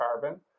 carbon